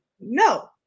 No